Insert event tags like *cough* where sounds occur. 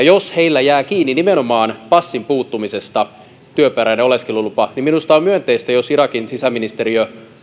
*unintelligible* jos heillä jää kiinni nimenomaan passin puuttumisesta työperäinen oleskelulupa niin minusta on myönteistä jos irakin sisäministeriö